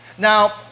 Now